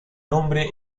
nombre